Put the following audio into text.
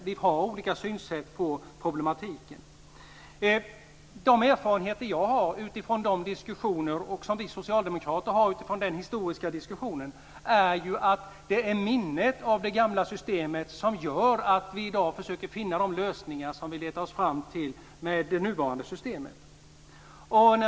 Vi har olika synsätt på problemen. De erfarenheter som vi socialdemokrater har utifrån den historiska diskussionen är att det är minnet av det gamla systemet som gör att vi i dag försöker finna de lösningar som vi letar oss fram till med det nuvarande systemet.